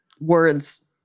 words